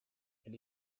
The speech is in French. elle